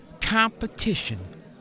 competition